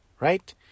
right